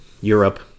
Europe